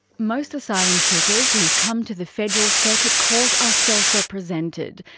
most asylum seekers who come to the federal circuit court are self represented.